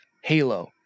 halo